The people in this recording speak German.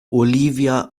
olivia